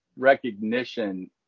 recognition